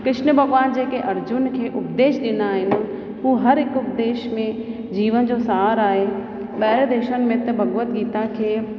कृष्न भॻवान जेके अर्जुन खे उपदेश ॾिना आहिनि हू हर हिकु उपदेश में जीवन जो सार आहे ॿाहिरि देशनि में त भॻवत गीता खे